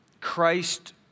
Christ